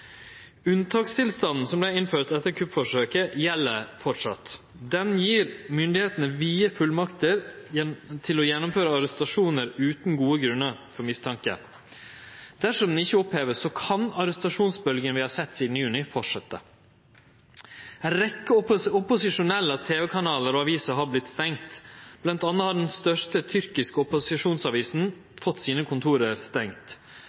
Unntakstilstanden som vart innført etter kuppforsøket, gjeld framleis og gjev myndigheitene vide fullmakter til å gjennomføre arrestasjonar utan gode grunnar til mistanke. Dersom han ikkje vert oppheva, kan arrestasjonsbølgja vi har sett sidan juni, fortsetje. Ei rekkje opposisjonelle tv-kanalar og aviser har vorte stengde, bl.a. har den største tyrkiske opposisjonsavisa fått stengt